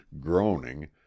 groaning